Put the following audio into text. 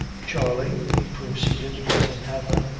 charley, he proceeded, addressing hanlon,